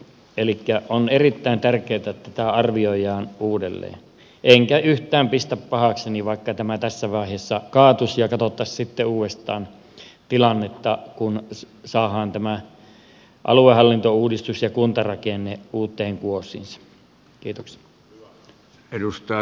elikkä on erittäin tärkeätä että tämä arvioidaan uudelleen enkä yhtään pistä pahakseni vaikka tämä tässä vaiheessa kaatuisi ja katsottaisiin sitten uudestaan tilannetta kun saadaan tämä aluehallintouudistus ja kuntarakenne uuteen kuosiinsa